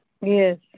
Yes